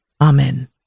Amen